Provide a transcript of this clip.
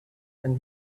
and